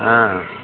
ஆ